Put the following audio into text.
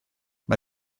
mae